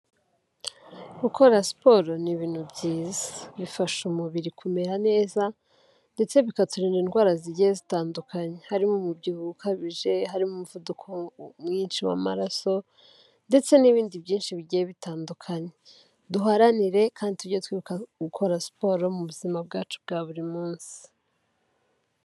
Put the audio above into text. Gukora siporo ni ibintu byiza. Bifasha umubiri kumera neza ndetse bikaturinda indwara zigiye zitandukanye, harimo umubyibuho ukabije, harimo umuvuduko mwinshi w'amaraso, ndetse n'ibindi byinshi bigiye bitandukanye. Duharanire kandi tujye twibuka gukora siporo mu buzima bwacu bwa buri munsi.